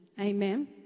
Amen